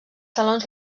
salons